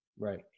Right